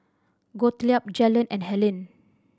Gottlieb Jaylon and Hellen